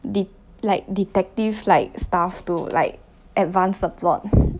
the like detective like stuff to like advance the plot